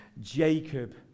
Jacob